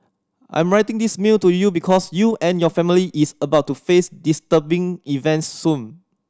I'm writing this mail to you because you and your family is about to face disturbing events soon